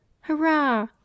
Hurrah